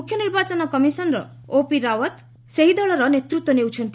ମୁଖ୍ୟ ନିର୍ବାଚନ commissioner OP Rawat ସେହି ଦଳର ନେତୃତ୍ୱ ନେଉଛନ୍ତି